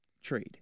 trade